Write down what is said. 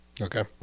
Okay